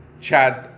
Chad